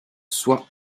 soit